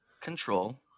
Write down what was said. Control